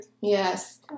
Yes